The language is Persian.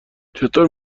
چطور